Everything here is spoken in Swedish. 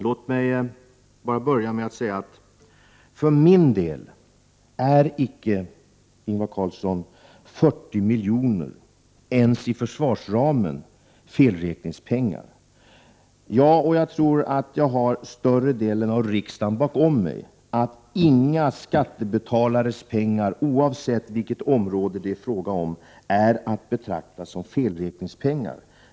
Låt mig börja med att säga att jag för min del icke anser att 40 miljoner, ens i försvarsramen, är felräkningspengar. Jag har, och jag tror att jag har större delen av riksdagen bakom mig, den uppfattningen att inga skattebetalares pengar, oavsett vilket område det är fråga om, är att betrakta som felräkningspengar.